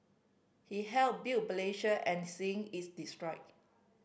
he helped built and seeing it's destroyed